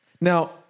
Now